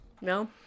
No